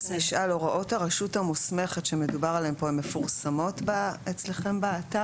הוראות הרשות המוסמכת שמדובר עליהן פה מפורסמות אצלכם באתר?